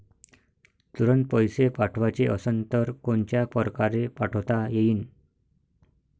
तुरंत पैसे पाठवाचे असन तर कोनच्या परकारे पाठोता येईन?